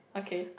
okay